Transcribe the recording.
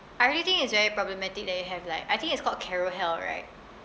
I really think it's very problematic that you have like I think it's called carouhell right